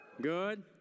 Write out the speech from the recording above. Good